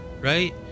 right